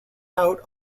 out